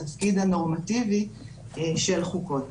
התפקיד הנורמטיבי של חוקות.